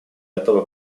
этого